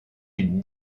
d’une